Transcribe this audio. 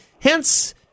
Hence